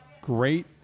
great